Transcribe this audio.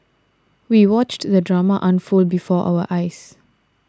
we watched the drama unfold before our eyes